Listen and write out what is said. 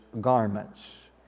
garments